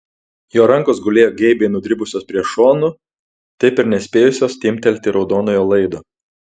jo rankos gulėjo geibiai nudribusios prie šonų taip ir nespėjusios timptelti raudonojo laido